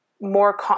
More